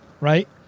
right